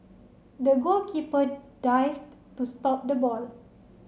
the goalkeeper dived to stop the ball